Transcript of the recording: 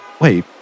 Wait